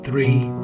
Three